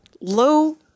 low